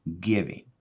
giving